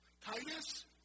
Titus